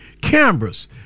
cameras